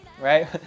right